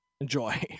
Enjoy